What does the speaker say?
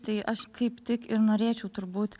tai aš kaip tik ir norėčiau turbūt